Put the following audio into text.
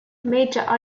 major